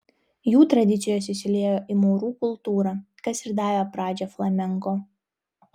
jų tradicijos įsiliejo į maurų kultūrą kas ir davė pradžią flamenko